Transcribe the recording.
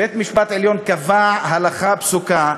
בית-המשפט העליון קבע הלכה פסוקה,